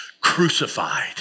crucified